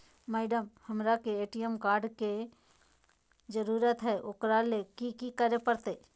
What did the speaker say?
Madam, हमरा के ATM card के जरूरत है ऊकरा ले की की करे परते?